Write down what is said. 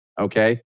okay